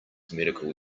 medical